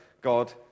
God